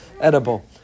edible